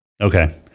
Okay